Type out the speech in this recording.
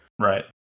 Right